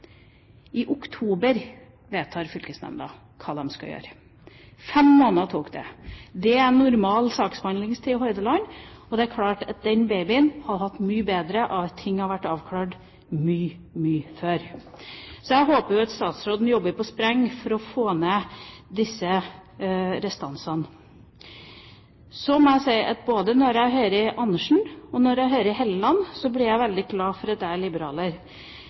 oktober vedtar fylkesnemnda hva de skal gjøre. Fem måneder tok det, det er normal saksbehandlingstid i Hordaland. Det er klart at den babyen hadde hatt mye bedre av at ting hadde vært avklart mye, mye før. Jeg håper at statsråden jobber på spreng for å få ned disse restansene. Så må jeg si at både når jeg hører Karin Andersen, og når jeg hører Hofstad Helleland, blir jeg veldig glad for at jeg er liberaler.